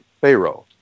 Pharaoh